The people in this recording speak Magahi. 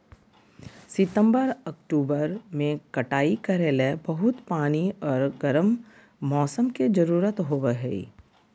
सितंबर, अक्टूबर में कटाई करे ले बहुत पानी आर गर्म मौसम के जरुरत होबय हइ